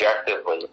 objectively